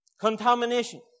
Contamination